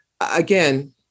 Again